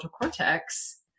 cortex